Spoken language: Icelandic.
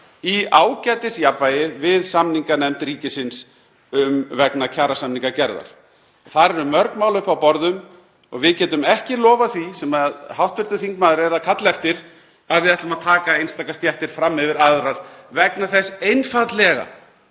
í ágætisjafnvægi við samninganefnd ríkisins vegna kjarasamningagerðar. Þar eru mörg mál uppi á borðum. Við getum ekki lofað því, sem hv. þingmaður er að kalla eftir, að við ætlum að taka einstakar stéttir fram yfir aðrar vegna þess einfaldlega